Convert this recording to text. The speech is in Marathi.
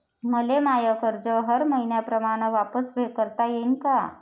मले माय कर्ज हर मईन्याप्रमाणं वापिस करता येईन का?